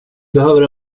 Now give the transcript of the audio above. behöver